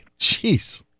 Jeez